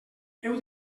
heu